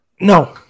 No